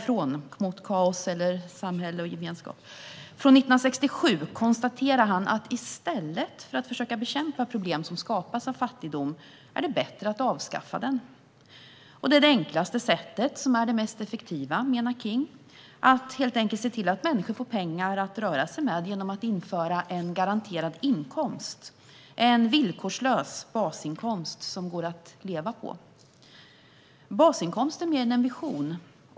från 1967 konstaterar King att i stället för att försöka bekämpa problem som skapas av fattigdom är det bättre att avskaffa den. Det enklaste sättet är det mest effektiva, menar King: att helt enkelt se till att människor får pengar att röra sig med genom att införa en garanterad inkomst, en villkorslös basinkomst som går att leva på. Basinkomsten är mer än en vision.